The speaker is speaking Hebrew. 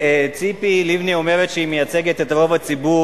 כשציפי לבני אומרת שהיא מייצגת את רוב הציבור,